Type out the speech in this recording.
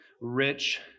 rich